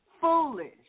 Foolish